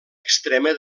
extrema